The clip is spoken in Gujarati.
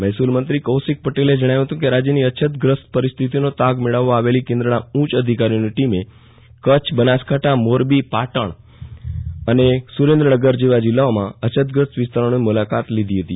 મહેસુલમંત્રી કૌશિક પટેલે જણાવ્યું હતું કે રાજ્યની અછત ગ્રસ્ત પરિસ્થિતિનો તાગ મેળવવા આવેલી કેન્દ્રના ઉચ્ચ અધિકારીઓની ટીમે કચ્છ બનાસકાંઠા મોરબી પાટણ અને સુરેન્દ્રનગર જેવા જિલ્લાઓના અછતગ્રસ્ત વિસ્તારોની મુલાકાત લીધી હતી